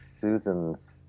Susan's